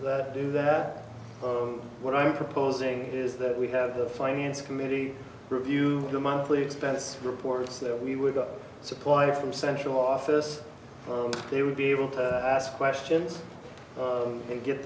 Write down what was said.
do that what i'm proposing is that we have the finance committee review the monthly expense reports that we would supply from central office they would be able to ask questions and get